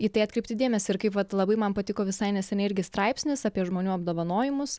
į tai atkreipti dėmesį ir kaip vat labai man patiko visai neseniai irgi straipsnis apie žmonių apdovanojimus